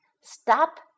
Stop